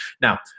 now